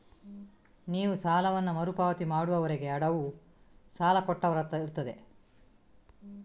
ನೀವು ಸಾಲವನ್ನ ಮರು ಪಾವತಿ ಮಾಡುವವರೆಗೆ ಅಡವು ಸಾಲ ಕೊಟ್ಟವರತ್ರ ಇರ್ತದೆ